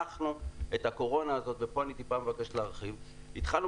אנחנו את הקורונה הזאת וכאן אני מבקש מעט להרחיב התחלנו